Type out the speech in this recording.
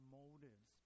motives